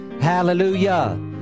hallelujah